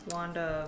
Wanda